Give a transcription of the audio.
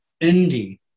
indie